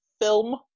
film